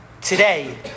today